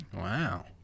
Wow